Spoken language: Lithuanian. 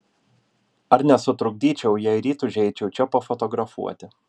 ar nesutrukdyčiau jei ryt užeičiau čia pafotografuoti